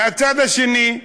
מהצד השני,